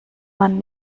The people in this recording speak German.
man